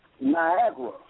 Niagara